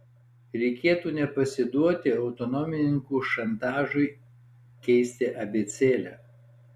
reikėtų nepasiduoti autonomininkų šantažui keisti abėcėlę